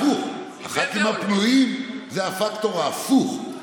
מה שקורה כאן,